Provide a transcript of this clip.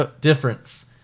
difference